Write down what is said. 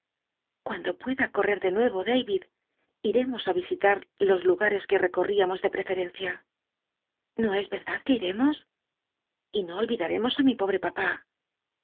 cunndo pueda correr de nuevo dayid iremos i isita los lugares que ecorl'iamos de preferencia no es yedad uc iremos y no olvidar'cmos i mi pobc papá